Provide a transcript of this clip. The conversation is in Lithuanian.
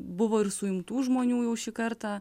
buvo ir suimtų žmonių jau šį kartą